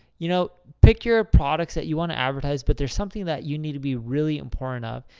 you know, pick your products that you want to advertise, but there's something that you need to be really important of,